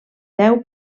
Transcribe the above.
deu